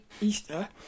Easter